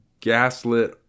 gaslit